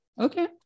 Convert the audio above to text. okay